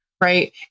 right